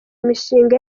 imishinga